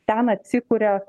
ten atsikuria